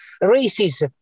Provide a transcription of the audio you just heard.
races